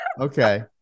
okay